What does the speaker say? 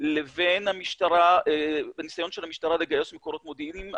לבין המשטרה וניסיון של המשטרה לגייס מקורות מודיעיניים.